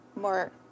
more